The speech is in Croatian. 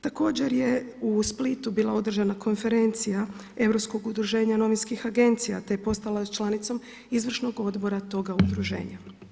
Također je u Splitu bila održana konferencija Europskog udruženja novinskih agencija te je postala članica izvršnog odbora toga udruženja.